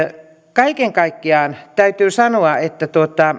kaiken kaikkiaan täytyy sanoa että